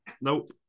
Nope